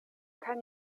kann